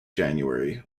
january